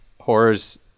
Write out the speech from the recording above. horror's